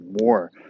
more